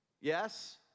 Yes